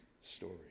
story